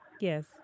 yes